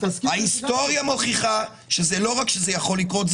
ההיסטוריה מוכיחה שלא רק שזה יכול לקרות,